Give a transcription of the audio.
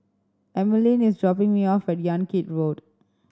Emeline is dropping me off at Yan Kit Road